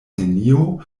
nenio